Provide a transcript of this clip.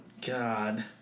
god